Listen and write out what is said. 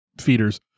feeders